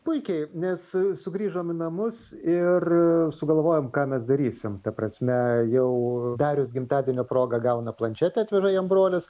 puikiai nes sugrįžom į namus ir sugalvojom ką mes darysim ta prasme jau darius gimtadienio proga gauna planšetę atveža jam brolis